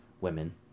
women